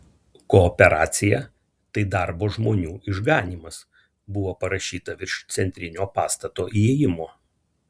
kooperacija tai darbo žmonių išganymas buvo parašyta virš centrinio pastato įėjimo